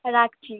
হ্যাঁ রাখছি